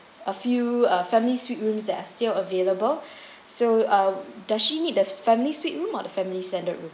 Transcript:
a few uh family suite rooms that are still available so uh does she need a family suite room or the family standard room